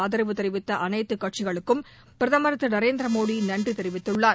ஆதரவு தெரிவித்த அனைத்து கட்சிகளுக்கும் பிரதமர் திரு நரேந்திர மோடி நன்றி தெரிவித்துள்ளார்